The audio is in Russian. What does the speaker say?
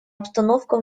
обстановка